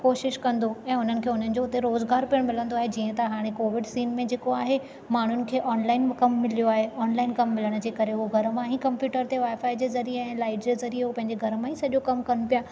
कोशिशि कंदो ऐं हुननि खे हुननि जो रोज़गार पिणु मिलंदो आहे जीअं त हाणे कोविड सीन में थींदो आहे माण्हुनि खे ऑनलाइन कमु मिलियो आहे ऑनलाइन कमु मिलण जे करे ओ घर मां ई कंप्यूटर ते वाए फाए जे ज़रिए ऐं लाइट जे ज़रिए ओ पंहिंजे घर मां ई सॼो कमु कनि पिया